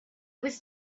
was